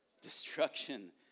Destruction